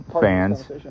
fans